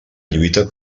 lluita